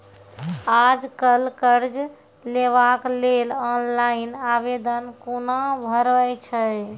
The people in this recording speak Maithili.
आज कल कर्ज लेवाक लेल ऑनलाइन आवेदन कूना भरै छै?